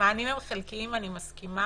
המענים הם חלקיים, אני מסכימה,